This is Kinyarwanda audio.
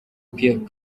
pierre